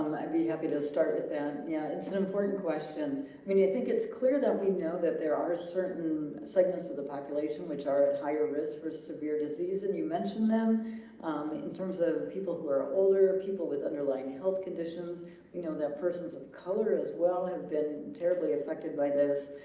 um i'd be happy to start with that yeah it's an important question i mean i think it's clear that we know that there are a certain segments of the population which are at higher risk for severe disease and you mentioned them in terms of people who are older people with underlying health conditions you know that persons of color as well have been terribly affected by this